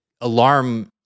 alarm